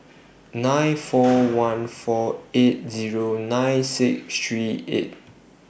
nine four one four eight Zero nine six three eight